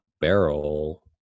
barrel